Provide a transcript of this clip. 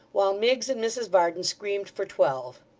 while miggs and mrs varden screamed for twelve.